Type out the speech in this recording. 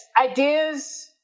ideas